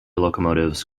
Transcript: locomotives